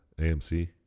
AMC